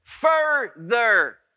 further